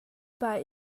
pah